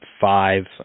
five